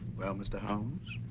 well, mr. holmes?